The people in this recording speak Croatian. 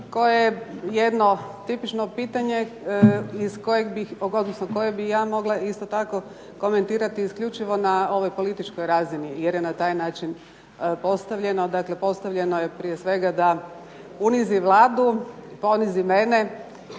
koje je jedno tipično pitanje koje bih ja mogla isto tako komentirati isključivo na ovoj političkoj razini jer je na taj način postavljeno, dakle postavljeno je prije svega da ponizi Vladu, ponizi mene,